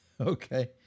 Okay